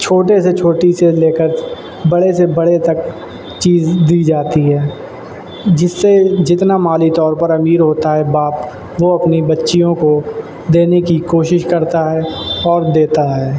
چھوٹے سے چھوٹی سے لے کر بڑے سے بڑے تک چیز دی جاتی ہے جس سے جتنا مالی طور پر امیر ہوتا ہے باپ وہ اپنی بچیوں کو دینے کی کوشش کرتا ہے اور دیتا ہے